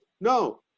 No